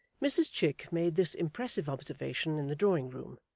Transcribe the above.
mrs chick made this impressive observation in the drawing-room,